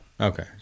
Okay